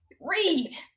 Read